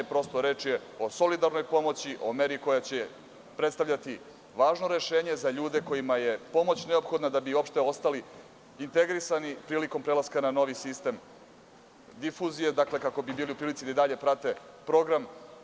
Reč je o solidarnoj pomoći, o meri koja će predstavljati važno rešenje za ljude kojima je pomoć neophodna da bi opšte ostali integrisani prilikom prelaska na novi sistem difuzije, kako bi bili u prilici da i dalje prate program.